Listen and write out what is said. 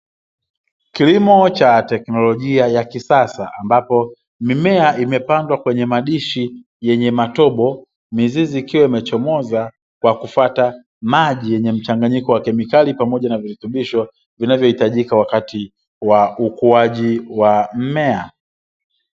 Kilimo cha teknolojia ya kisasa, ambapo mimea imepandwa kwenye madishi yenye matobo, mizizi ikiwa imechomoza kwa kufata maji yenye mchanganyiko wa kemikali pamoja na virutubisho vinavyoitajika wakati wa ukuaji wa mmea.